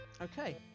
Okay